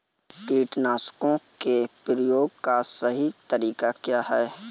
कीटनाशकों के प्रयोग का सही तरीका क्या है?